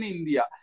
India